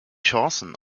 chancen